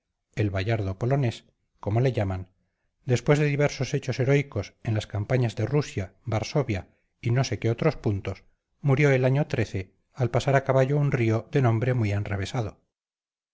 el bayardo polonés como le llaman después de diversos hechos heroicos en las campañas de rusia varsovia y no sé qué otros puntos murió el año al pasar a caballo un río de nombre muy enrevesado